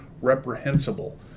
reprehensible